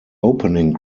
opening